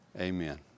Amen